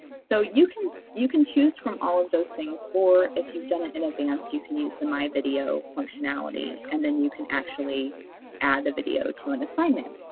so you can you can choose from all of those things or if you've done it in advance you can use the my videos functionality and then you can actually add the video to an assignment.